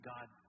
God